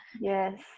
Yes